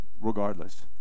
regardless